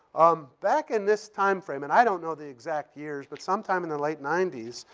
um back in this time frame and i don't know the exact years, but some time in the late ninety s,